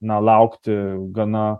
na laukti gana